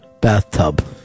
bathtub